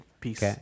Peace